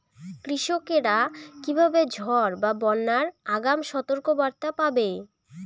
কৃষকেরা কীভাবে ঝড় বা বন্যার আগাম সতর্ক বার্তা পাবে?